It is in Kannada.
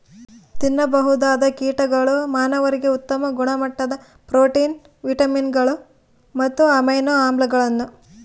ತಿನ್ನಬಹುದಾದ ಕೀಟಗಳು ಮಾನವರಿಗೆ ಉತ್ತಮ ಗುಣಮಟ್ಟದ ಪ್ರೋಟೀನ್, ವಿಟಮಿನ್ಗಳು ಮತ್ತು ಅಮೈನೋ ಆಮ್ಲಗಳನ್ನು ಹೊಂದಿರ್ತವ